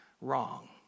wrong